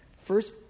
First